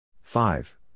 five